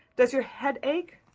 does your head ache?